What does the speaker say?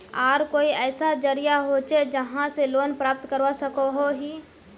आर कोई ऐसा जरिया होचे जहा से लोन प्राप्त करवा सकोहो ही?